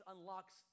unlocks